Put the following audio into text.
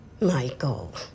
Michael